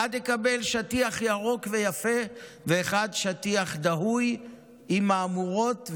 אחד יקבל שטיח ירוק ויפה ואחד יקבל שטיח דהוי עם מהמורות,